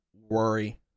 worry